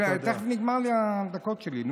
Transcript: טוב, נו, תכף נגמרות הדקות שלי.